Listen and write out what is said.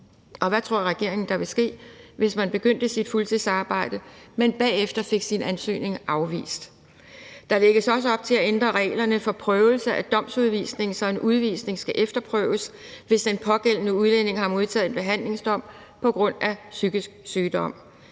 Og hvad tror regeringen der vil ske, hvis man begyndte sit fuldtidsarbejde, men bagefter fik sin ansøgning afvist? Der lægges også op til at ændre reglerne for prøvelse af domsudvisning, så en udvisning skal efterprøves, hvis den pågældende udlænding har modtaget en behandlingsdom på grund af psykisk sygdom.